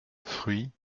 fruits